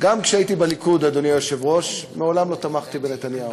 מושחתת ולא חוקית של ראש הממשלה בקבלת מתנות וטובות הנאה.